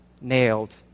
nailed